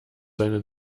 seine